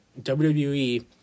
WWE